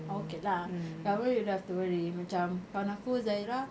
oh okay lah government you don't have to worry macam kawan aku zahirah